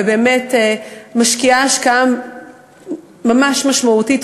ובאמת משקיעה השקעה ממש משמעותית.